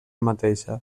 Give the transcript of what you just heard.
mateixa